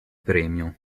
premio